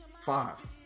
Five